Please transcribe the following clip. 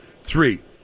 three